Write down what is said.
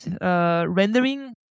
rendering